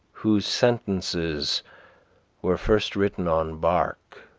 whose sentences were first written on bark,